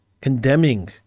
condemning